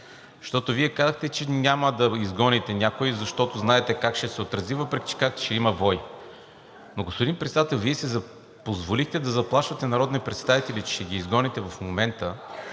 защото Вие казахте, че няма да изгоните никой, защото знаете как ще се отрази, въпреки че казахте, че ще има вой. Но, господин Председател, Вие си позволихте да заплашвате народни представители, че ще ги изгоните в момента